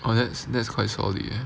oh that's that's quite solid eh